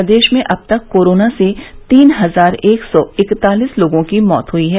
प्रदेश में अब तक कोरोना से तीन हजार एक सौ इकतालिस लोगों की मौत हुई है